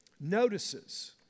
notices